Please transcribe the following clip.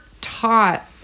taught